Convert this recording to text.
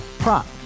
Prop